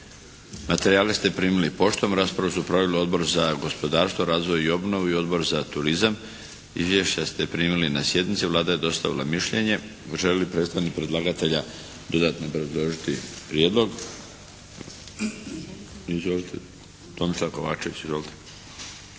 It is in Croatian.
Materijale ste primili poštom. Raspravu su proveli: Odbor za gospodarstvo, razvoj i obnovu i Odbor za turizam. Izvješća ste primili na sjednici. Vlada je dostavila mišljenje. Želi li predstavnik predlagatelja dodatno obrazložiti prijedlog? Izvolite,